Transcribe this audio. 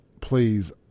please